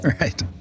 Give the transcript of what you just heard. Right